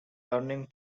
turning